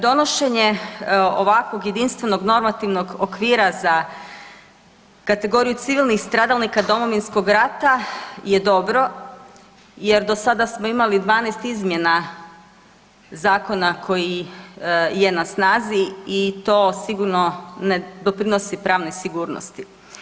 Donošenje ovakvog jedinstvenog normativnog okvira za kategoriju civilnih stradalnika Domovinskog rata je dobro jer do sada smo imali 12 izmjena zakona koji je na snazi i to sigurno ne doprinosi pravnoj sigurnosti.